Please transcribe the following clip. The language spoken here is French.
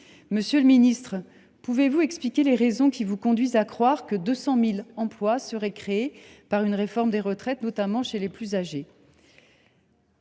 Monsieur le ministre, pouvez vous expliquer les raisons vous conduisant à croire que 200 000 emplois seront créés grâce à la réforme des retraites, notamment parmi nos